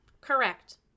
correct